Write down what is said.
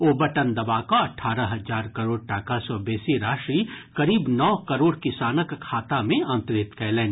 ओ button दबा कऽ अठारह हजार करोड़ टाका सँ बेसी राशि करीब नओ करोड़ किसानक खाता मे अंतरित कयलनि